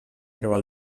creuar